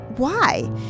Why